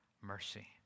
mercy